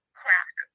crack